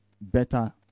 better